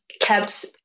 kept